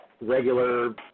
regular